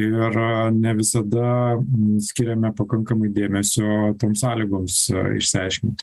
ir ne visada skiriame pakankamai dėmesio toms sąlygoms išsiaiškint